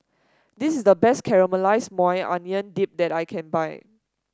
this is the best Caramelized Maui Onion Dip that I can find